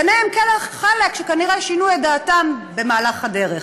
בהם כאלה, חלק, שכנראה שינו את דעתם במהלך הדרך.